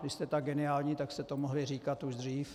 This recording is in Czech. Když jste tak geniální, tak jste to mohli říkat už dřív.